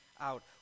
out